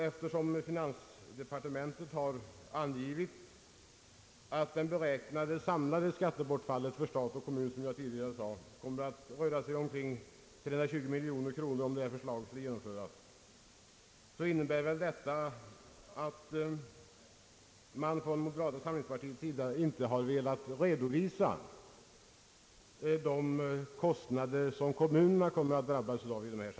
Eftersom finansdepartementet har angivit att det beräknade samlade skattebortfallet för stat och kommun, om förslaget genomfördes, skulle röra sig om ungefär 320 mil joner kronor, innebär det att moderata samlingspartiet inte har velat redovisa de kostnader som kommunerna skulle drabbas av.